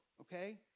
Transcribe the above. Okay